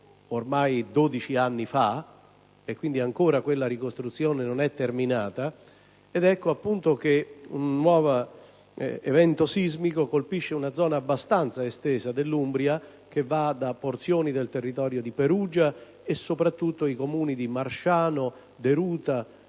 ormai 12 anni fa. Quindi, quella ricostruzione non è ancora terminata ed ecco, appunto, che un nuovo evento sismico colpisce una zona abbastanza estesa dell'Umbria, che si estende da porzioni del territorio di Perugia, tocca soprattutto i Comuni di Marsciano, Deruta,